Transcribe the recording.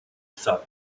thought